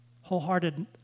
wholehearted